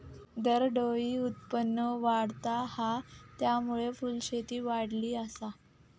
दरडोई उत्पन्न वाढता हा, त्यामुळे फुलशेती वाढली आसा